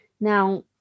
Now